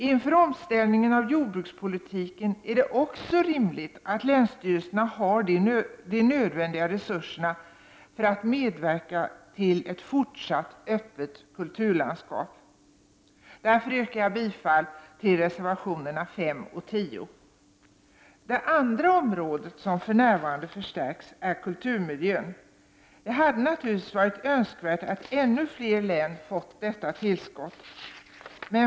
Inför omställningen av jordbrukspolitiken är det också rimligt att länsstyrelserna har de nödvändiga resurserna för att medverka till ett fortsatt öppet kulturlandskap. Därför yrkar jag bifall till reservationerna 5 och 10. Det andra området som för närvarande förstärks är kulturmiljön. Det hade naturligtvis varit önskvärt att ännu fler län hade fått detta tillskott.